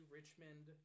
Richmond